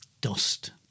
dust